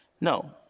No